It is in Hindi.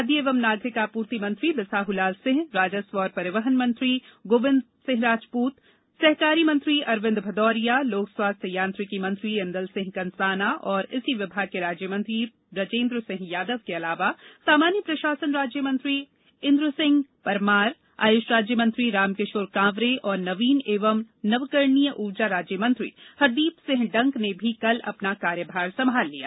खाद्य एवं नागरिक आपूर्ति मंत्री बिसाहलाल सिंह राजस्व एवं परिवहन मंत्री गोविंद राजपूत सहकारिता मंत्री अरविंद भदौरिया लोक स्वास्थ्य यांत्रिकी मंत्री ऐदल सिंह कंसाना और इसी विभाग के राज्यमंत्री ब्रजेन्द्र सिंह यादव के अलावा सामान्य प्रशासन राज्यमंत्री इन्द्ररसिंह परमार आयुष राज्यमंत्री रामकिशोर कांवरे और नवीन एवं नवकरणीय ऊर्जा राज्यमंत्री हरदीप सिंह डंग ने भी कल अपना कार्यभार संभाल लिया